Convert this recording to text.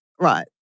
Right